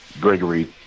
Gregory